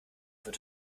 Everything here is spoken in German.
wird